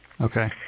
Okay